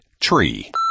Tree